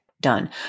done